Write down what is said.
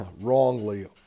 wrongly